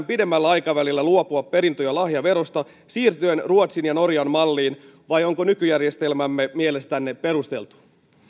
pidemmällä aikavälillä luopua perintö ja lahjaverosta siirtyen ruotsin ja norjan malliin vai onko nykyjärjestelmämme mielestänne perusteltu